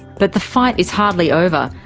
but the fight is hardly over,